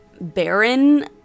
barren